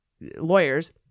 lawyers